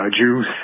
Juice